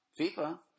FIFA